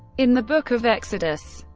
in the book of exodus,